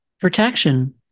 protection